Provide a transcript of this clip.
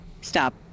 stop